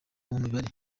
mibare